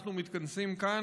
כשאנחנו מתכנסים כאן,